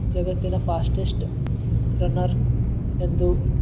ಜಗತ್ತಿನ fastest runner ಎಂದು